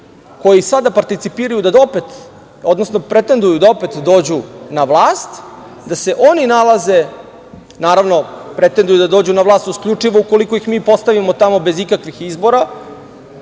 koji sada participiraju, odnosno pretenduju da opet dođu na vlast, da se oni nalaze, naravno pretenduju da dođu na vlast isključivo ukoliko ih mi postavimo tamo bez ikakvih izbora,